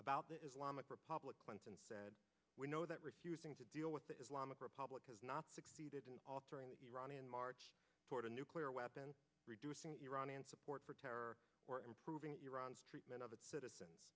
bout the islamic republic once and we know that refusing to deal with the islamic republic has not succeeded in altering the iranian march toward a nuclear weapon reducing iranian support for terror or improving iran's treatment of its citizens